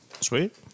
Sweet